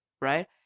right